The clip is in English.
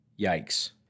Yikes